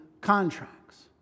contracts